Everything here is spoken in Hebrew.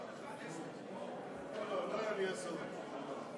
כל אחד עשר דקות?